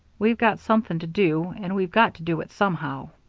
we've got something to do, and we've got to do it somehow.